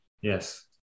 Yes